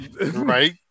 right